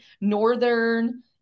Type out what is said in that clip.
northern